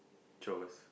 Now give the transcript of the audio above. chores